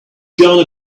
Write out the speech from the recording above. gonna